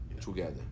together